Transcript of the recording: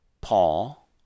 Paul